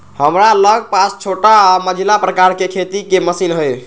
हमरा लग पास छोट आऽ मझिला प्रकार के खेती के मशीन हई